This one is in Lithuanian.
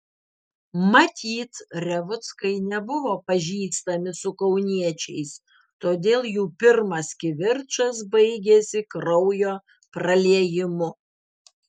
matyt revuckai nebuvo pažįstami su kauniečiais todėl jų pirmas kivirčas baigėsi kraujo praliejimu